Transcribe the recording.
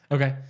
Okay